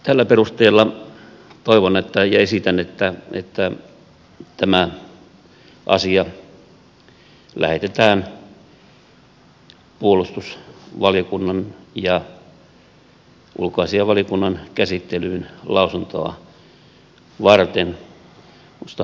tällä perusteella toivon ja esitän että tämä asia lähetetään puolustusvaliokunnan ja ulkoasiainvaliokunnan käsittelyyn lausuntoa varten